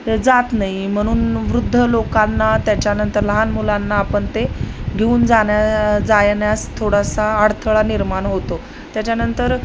जात नाही म्हणून वृद्ध लोकांना त्याच्यानंतर लहान मुलांना आपण ते घेऊन जाण्या जाण्यास थोडासा अडथळा निर्माण होतो त्याच्यानंतर